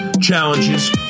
challenges